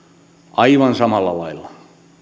aivan samalla lailla